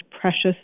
precious